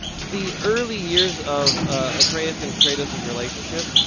the early years of atreus and kratos' relationship,